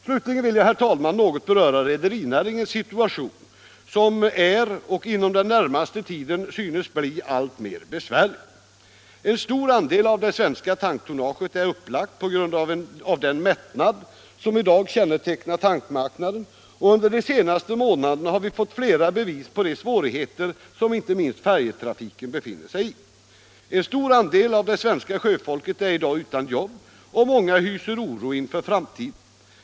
Slutligen vill jag, herr talman, något beröra rederinäringens situation, som är besvärlig och inom den närmaste tiden synes bli allt besvärligare. En stor andel av det svenska tanktonnaget är upplagt på grund av den mättnad som i dag kännetecknar tankmarknaden, och under de senaste månaderna har vi fått flera bevis på de svårigheter som inte minst färjetrafiken befinner sig i. En stor andel av det svenska sjöfolket är i dag utan jobb, och många hyser oro inför framtiden.